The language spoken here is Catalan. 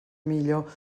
millor